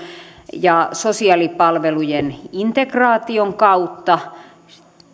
ja sosiaalipalvelujen integraation kautta